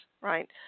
right